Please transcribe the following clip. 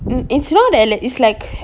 it it's not like it's like